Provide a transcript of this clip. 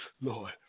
Lord